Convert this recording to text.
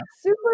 Super